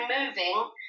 moving